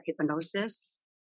hypnosis